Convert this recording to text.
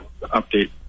update